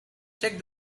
check